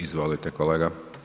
Izvolite kolega.